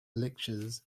lectures